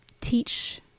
teach